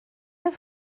oedd